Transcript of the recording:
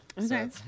okay